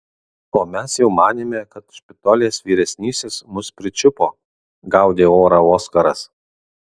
o mes jau manėme kad špitolės vyresnysis mus pričiupo gaudė orą oskaras